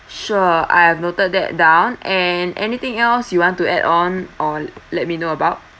sure I have noted that down and anything else you want to add on or let me know about